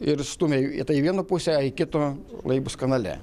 ir stumia į tai vieną pusę į kito laivybos kanale